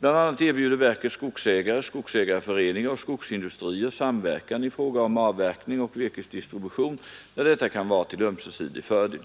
BI. a. erbjuder verket skogsägare, skogsägarföreningar och skogsindustrier samverkan i fråga om avverkning och virkesdistribution där detta kan vara till ömsesidig fördel.